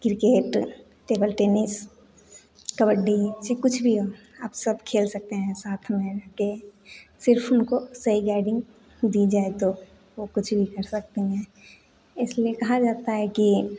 cricket table tennis kabaddi चाहे कुछ भी हो अब सब खेल सकते हैं साथ में है सिर्फ उनको सही गाइडिंग दी जाए तो वो कुछ भी कर सकती हैं इसलिए कहा जाता है कि